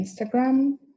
Instagram